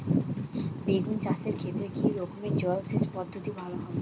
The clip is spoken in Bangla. বেগুন চাষের ক্ষেত্রে কি রকমের জলসেচ পদ্ধতি ভালো হয়?